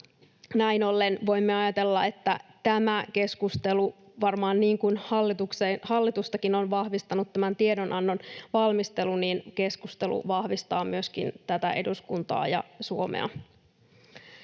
näin ollen voimme ajatella, että tämä keskustelu varmaan — niin kuin hallitustakin on vahvistanut tämän tiedonannon valmistelu — vahvistaa myöskin tätä eduskuntaa ja Suomea.